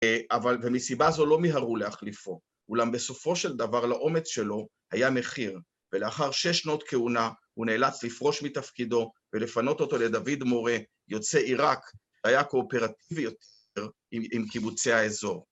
אבל ומסיבה זו לא מהרו להחליפו, ‫אולם בסופו של דבר לאומץ שלו היה מחיר, ‫ולאחר שש שנות כהונה ‫הוא נאלץ לפרוש מתפקידו ‫ולפנות אותו לדוד מורה, יוצא עיראק, ‫היה קואופרטיבי יותר עם קיבוצי האזור.